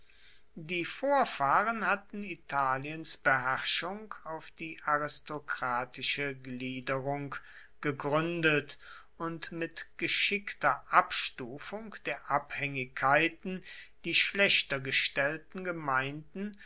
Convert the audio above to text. die vorfahren hatten italiens beherrschung auf die aristokratische gliederung gegründet und mit geschickter abstufung der abhängigkeiten die schlechter gestellten gemeinden